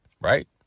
right